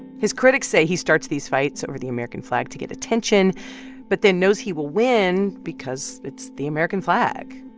his critics say he starts these fights over the american flag to get attention but then knows he will win because it's the american flag.